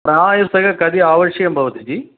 प्रायसः कति आवश्यकं भवति जि